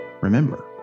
Remember